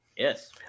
Yes